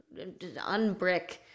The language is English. unbrick